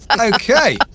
okay